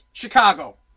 Chicago